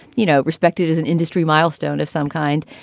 you know, respected as an industry milestone of some kind.